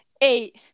eight